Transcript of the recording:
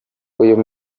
uyu